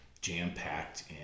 jam-packed